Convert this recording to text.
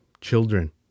children